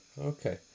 Okay